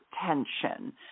tension